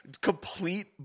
complete